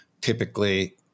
typically